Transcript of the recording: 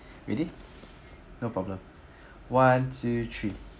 ready no problem one two three